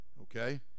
Okay